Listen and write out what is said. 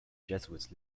jesuits